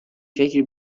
فکری